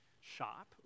shop